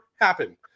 happen